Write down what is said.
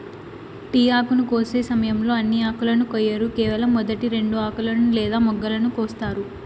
tea ఆకును కోసే సమయంలో అన్ని ఆకులను కొయ్యరు కేవలం మొదటి రెండు ఆకులను లేదా మొగ్గలను కోస్తారు